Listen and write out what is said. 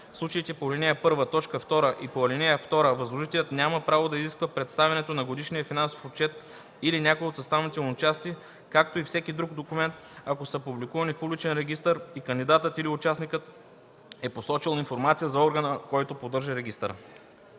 случаите по ал. 1, т. 2 и по ал. 2 възложителят няма право да изисква представянето на годишния финансов отчет или някоя от съставните му части, както и всеки друг документ, ако са публикувани в публичен регистър и кандидатът или участникът е посочил информация за органа, който поддържа регистъра.”